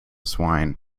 swine